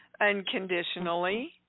unconditionally